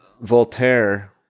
Voltaire